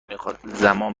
میخواد، زمان